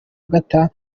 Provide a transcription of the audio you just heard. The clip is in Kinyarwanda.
agatha